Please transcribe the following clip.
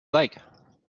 like